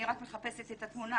אני רק מחפשת את התמונה,